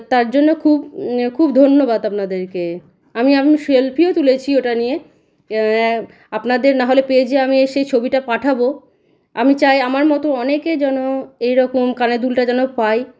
তার জন্য খুব খুব ধন্যবাদ আপনাদেরকে আমি আমি সেলফিও তুলেছি ওটা নিয়ে আপনাদের নাহলে পেইজে আমি এ সেই ছবিটা পাঠাবো আমি চাই আমার মতো অনেকে যেন এই রকম কানের দুলটা যেন পায়